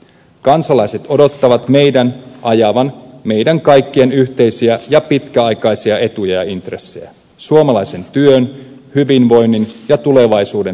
kansalaiset odottavat meidän ajavan meidän kaikkien yhteisiä ja pitkäaikaisia etuja ja intressejä suomalaisen työn hyvinvoinnin ja tulevaisuuden turvaamiseksi